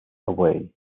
away